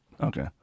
okay